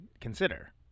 consider